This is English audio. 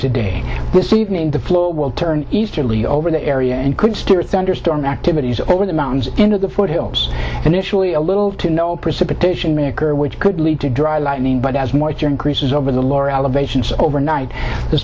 today this evening the flow will turn easterly over the area and could steer thunderstorm activities over the mountains into the foothills and actually a little to no precipitation maker which could lead to dry lightning but as moisture increases over the lower elevations overnight the